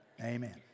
Amen